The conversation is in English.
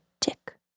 tick